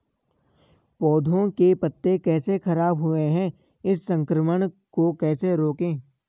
पौधों के पत्ते कैसे खराब हुए हैं इस संक्रमण को कैसे रोकें?